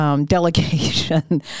delegation